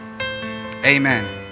Amen